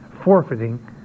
forfeiting